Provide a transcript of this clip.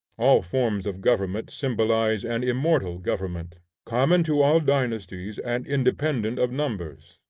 all forms of government symbolize an immortal government, common to all dynasties and independent of numbers,